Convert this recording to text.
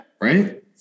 Right